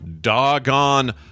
doggone